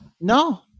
no